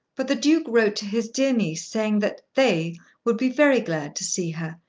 but the duke wrote to his dear niece saying that they would be very glad to see her,